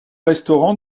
restaurant